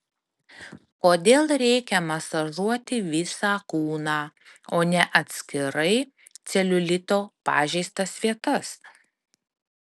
kodėl reikia masažuoti visą kūną o ne atskirai celiulito pažeistas vietas